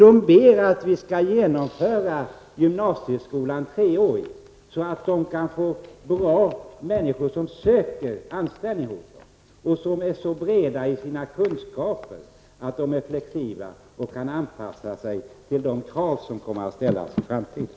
De ber att vi skall genomföra en treårig gymnasieskola, så att bra människor söker anställning hos dem med så breda kunskaper att de är flexibla och kan anpassa sig till de krav som kommer att ställas i framtiden.